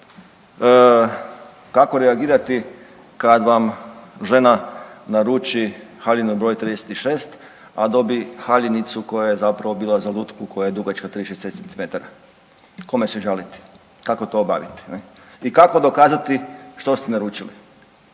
kako reagirati kad vam žena naruči haljinu br. 36, a dobi haljinicu koja je zapravo bila za lutku koja je dugačka 36 centimetara, kome se žaliti, kako to obaviti ne i kako dokazati što ste naručili?